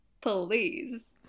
Please